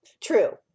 True